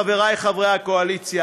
חברי חברי הקואליציה,